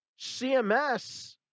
CMS